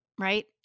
Right